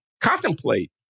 contemplate